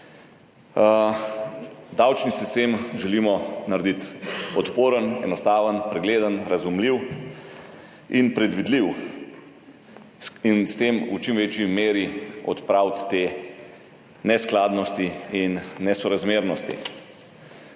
Davčni sistem želimo narediti odporen, enostaven, pregleden, razumljiv in predvidljiv in s tem v čim večji meri odpraviti te neskladnosti in nesorazmernosti.